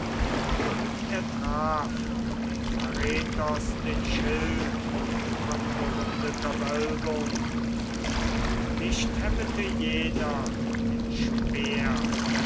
und er traf dem aretos den schild von gerundeter wölbung und nicht hemmete jener den speer